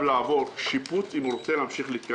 לעבור שיפוץ אם הוא רוצה להמשיך ולהתקיים.